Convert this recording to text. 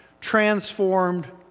transformed